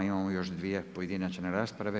Imamo još dvije pojedinačne rasprave.